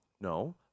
No